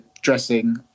dressing